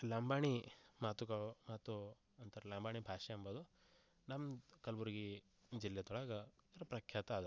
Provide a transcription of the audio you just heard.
ಲಂಬಾಣಿ ಮಾತುಗಳು ಮಾತು ಅಂತಾರಲ್ಲ ಲಂಬಾಣಿ ಭಾಷೆ ಎಂಬುದು ನಮ್ಮ ಕಲ್ಬುರ್ಗಿ ಜಿಲ್ಲೆದೊಳಗೆ ಪ್ರಖ್ಯಾತ ಅದ